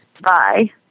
Bye